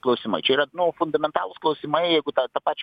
klausimai čia yra nu fundamentalūs klausimai jeigu tą tą pačią